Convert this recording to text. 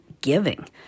giving